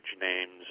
names